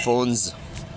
phones